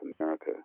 America